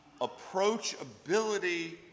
approachability